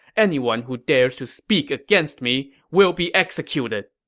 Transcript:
anyone who dares to speak against me will be executed!